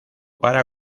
para